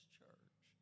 church